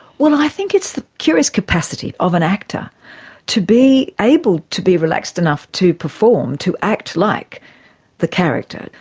well i think it's the curious capacity of an actor to be able to be relaxed enough to perform, to act like the character.